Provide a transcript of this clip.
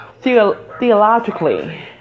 Theologically